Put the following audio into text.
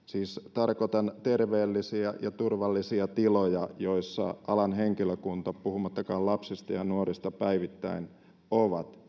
tarkoitan siis terveellisiä ja turvallisia tiloja joissa alan henkilökunta puhumattakaan lapsista ja nuorista päivittäin ovat